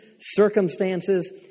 circumstances